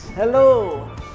Hello